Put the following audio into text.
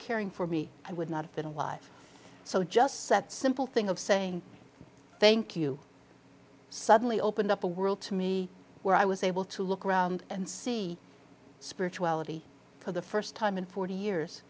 caring for me i would not have been alive so just set simple thing of saying thank you suddenly opened up a world to me where i was able to look around and see spirituality for the first time in forty years